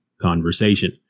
conversation